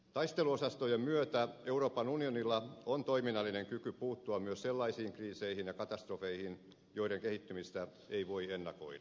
taisteluosastojen myötä euroopan unionilla on toiminnallinen kyky puuttua myös sellaisiin kriiseihin ja katastrofeihin joiden kehittymistä ei voi ennakoida